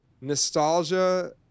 nostalgia